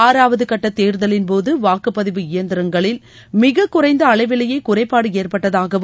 ஆறாவது கட்டத் தேர்தலின்போது வாக்குப்பதிவு இயந்திரங்களில் மிக குறைந்த அளவிலேயே குறைபாடு ஏற்பட்டதாகவும்